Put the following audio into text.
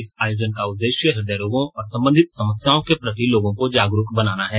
इस के आयोजन का उद्देश्य हृदय रोगों और संबंधित समस्याओं के प्रति लोगों को जागरूक बनाना है